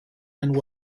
and